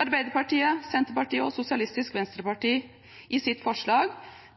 Arbeiderpartiet, Senterpartiet og Sosialistisk Venstrepartis forslag